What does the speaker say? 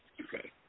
Okay